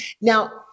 now